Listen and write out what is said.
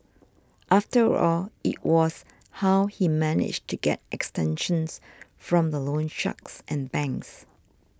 after all it was how he managed to get extensions from the loan sharks and banks